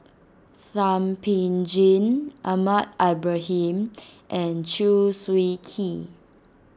Thum Ping Tjin Ahmad Ibrahim and Chew Swee Kee